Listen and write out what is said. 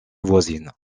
voisines